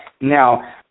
now